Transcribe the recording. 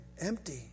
empty